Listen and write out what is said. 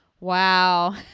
wow